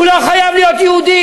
הוא לא חייב להיות יהודי.